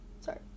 sorry